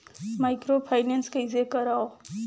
Microfinance कइसे करव?